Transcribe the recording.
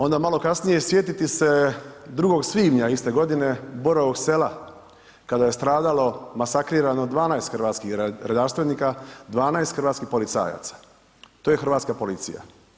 Onda malo kasnije, sjetiti se 2. svibnja iste godine, Borovog sela kada je stradalo masakrirano 12 hrvatskih redarstvenika, 12 hrvatskih policajaca, to je hrvatska policija.